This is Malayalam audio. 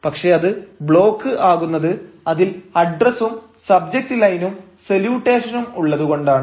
പക്ഷേ അത് ബ്ലോക്ക് ആകുന്നത് അതിൽ അഡ്രസ്സും സബ്ജക്റ്റ് ലൈനും സല്യൂട്ടേഷനും ഉള്ളതുകൊണ്ടാണ്